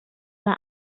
war